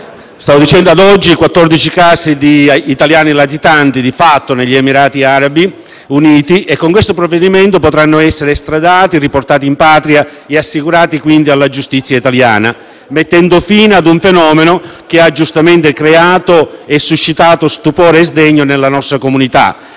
Stavo dicendo che, ad oggi, 14 casi di italiani latitanti, di fatto, negli Emirati Arabi Uniti, che con questo provvedimento potranno essere estradati, riportati in Patria e assicurati, quindi, alla giustizia italiana, mettendo fine ad un fenomeno che ha giustamente creato e suscitato stupore e sdegno nella nostra comunità,